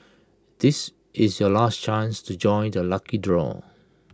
this is your last chance to join the lucky draw